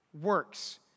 works